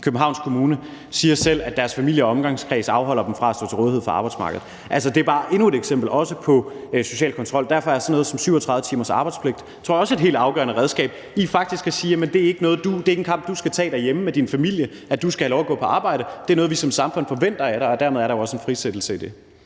Københavns Kommune siger selv, at deres familie og omgangskreds afholder dem fra at stå til rådighed for arbejdsmarkedet. Det er også bare endnu et eksempel på social kontrol. Derfor tror jeg også, at sådan noget som 37 timers arbejdspligt er et helt afgørende redskab i forhold til faktisk at sige: Det er ikke en kamp, du skal tage derhjemme med din familie, altså at du skal have lov til at gå på arbejde; det er noget, som vi som samfund forventer af dig. Dermed er der jo også en frisættelse i det.